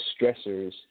stressors